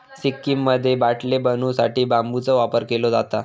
सिक्कीममध्ये बाटले बनवू साठी बांबूचा वापर केलो जाता